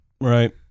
right